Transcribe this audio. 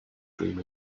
dream